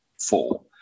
four